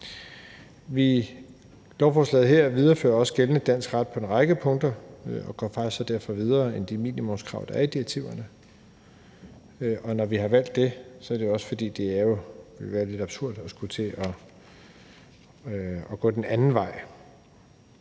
Lovforslaget her viderefører også gældende dansk ret på en række punkter og går faktisk derfor videre end de minimumskrav, der er i direktiverne, og når vi har valgt det, er det også, fordi det jo ville være lidt absurd at skulle til at gå den anden vej.